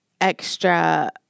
extra